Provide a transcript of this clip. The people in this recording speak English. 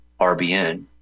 RBN